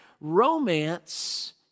Romance